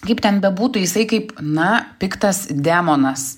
kaip ten bebūtų jisai kaip na piktas demonas